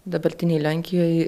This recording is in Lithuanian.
dabartinėj lenkijoj